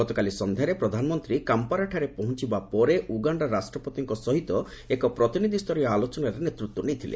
ଗତକାଲି ସନ୍ଧ୍ୟାରେ ପ୍ରଧାନମନ୍ତ୍ରୀ କାମ୍ପାରାଠାରେ ପହଞ୍ଚବା ପରେ ଉଗାଣ୍ଡା ରାଷ୍ଟ୍ରପତିଙ୍କ ସହିତ ପ୍ରତିନିଧିସ୍ତରୀୟ ଆଲୋଚନାର ନେତୃତ୍ୱ ନେଇଥିଲେ